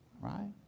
right